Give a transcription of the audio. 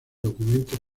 documentos